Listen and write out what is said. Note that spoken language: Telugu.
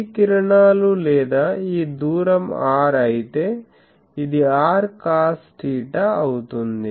ఈ కిరణాలు లేదా ఈ దూరం r అయితే ఇది r cos 𝚹 అవుతుంది